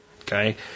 Okay